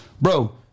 bro